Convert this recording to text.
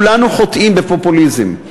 כולנו חוטאים בפופוליזם.